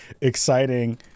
exciting